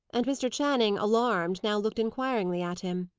and mr. channing, alarmed, now looked inquiringly at him.